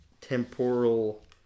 temporal